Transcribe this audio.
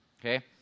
okay